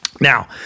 Now